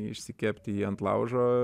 išsikepti jį ant laužo